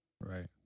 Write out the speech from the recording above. right